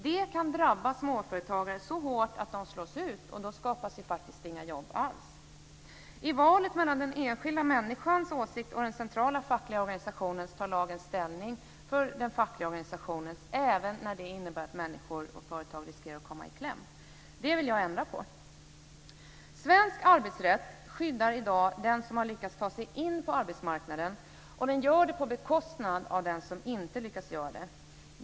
Det kan drabba småföretagare så hårt att de slås ut, och då skapas det faktiskt inga jobb alls. I valet mellan den enskilda människans åsikt och den centrala fackliga organisationen tar lagen ställning för den fackliga organisationen, även när det innebär att människor och företag riskerar att komma i kläm. Det vill jag ändra på. Svensk arbetsrätt skyddar i dag den som har lyckats ta sig in på arbetsmarknaden, och den gör det på bekostnad av dem som inte lyckats göra det.